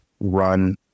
run